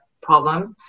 problems